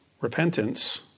repentance